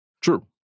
True